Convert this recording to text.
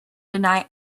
deny